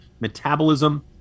metabolism